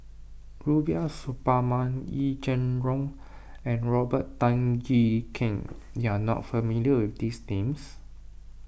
Rubiah Suparman Yee Jenn Jong and Robert Tan Jee Keng you are not familiar with these names